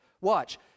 Watch